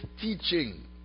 teaching